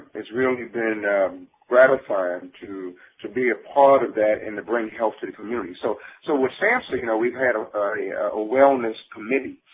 it's really been gratifying to to be a part of that and to bring health to the community. so so with samhsa, you know, we've had ah yeah a wellness committee,